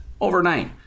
Overnight